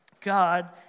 God